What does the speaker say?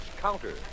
counter